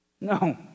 no